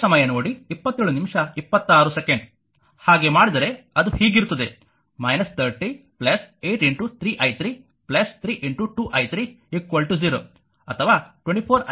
ಹಾಗೆ ಮಾಡಿದರೆ ಅದು ಹೀಗಿರುತ್ತದೆ 3083 i 3 32 i 3 0